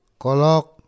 Kolok